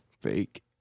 fake